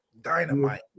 dynamite